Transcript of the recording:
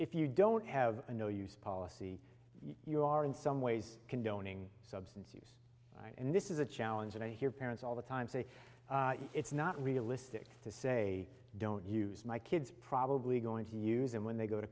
if you don't have a no use policy you are in some ways condoning substance use and this is a challenge and i hear parents all the time say it's not realistic to say don't use my kids probably going to use them when they go to